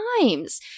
times